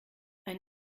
ein